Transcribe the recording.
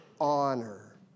honor